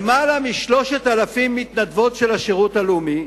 יותר מ-3,000 מתנדבות של השירות הלאומי,